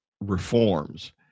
reforms